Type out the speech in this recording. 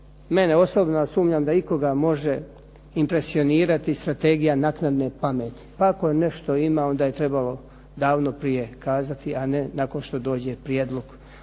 mene osobno, a sumnjam da ikoga može impresionirati strategija naknadne pameti pa ako nešto ima onda je trebalo davno prije kazati, a ne nakon što dođe Prijedlog